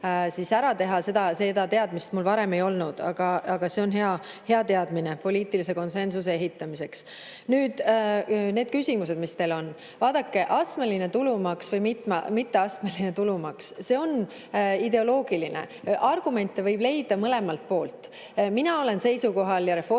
kiiresti ära teha. Seda teadmist mul varem ei olnud, aga see on hea teadmine poliitilise konsensuse ehitamiseks. Nüüd, need küsimused, mis teil on. Vaadake, astmeline tulumaks või mitteastmeline tulumaks – see on ideoloogiline. Argumente võib leida mõlemalt poolt. Mina olen seisukohal ja Reformierakond